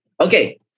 Okay